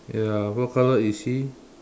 ya what color is he